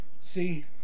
See